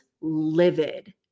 livid